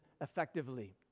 effectively